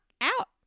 out